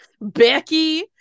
becky